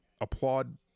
applaud